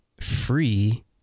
free